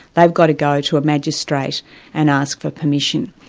they've got to go to a magistrate and ask for permission.